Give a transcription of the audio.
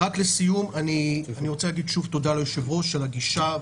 לסיום אני רוצה להגיד שוב תודה ליושב-ראש על הגישה,